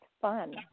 fun